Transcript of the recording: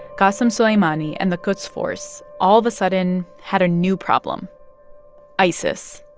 qassem soleimani and the quds force all of a sudden had a new problem isis